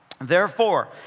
Therefore